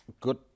good